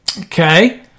Okay